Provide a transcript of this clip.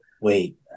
wait